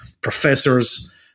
professors